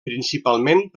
principalment